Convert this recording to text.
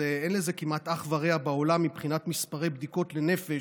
ואין לזה כמעט אח ורע בעולם מבחינת מספרי בדיקות לנפש,